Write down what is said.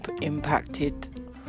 impacted